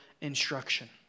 instruction